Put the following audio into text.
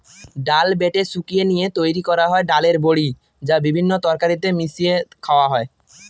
ডাল বেটে শুকিয়ে নিয়ে তৈরি করা হয় ডালের বড়ি, যা বিভিন্ন তরকারিতে মিশিয়ে খাওয়া হয়